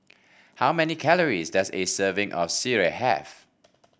how many calories does a serving of Sireh have